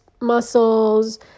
muscles